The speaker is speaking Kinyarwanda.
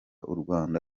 urwanda